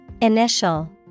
Initial